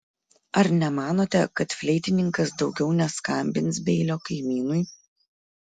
ar nemanote kad fleitininkas daugiau neskambins beilio kaimynui